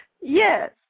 Yes